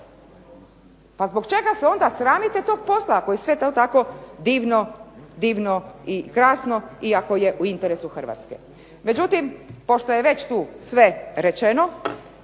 Pa zbog čega se onda sramite toga posla ako je sve to tako divno i krasno i ako je sve u interesu Hrvatske. Međutim pošto je već sve tu rečeno